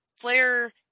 Flair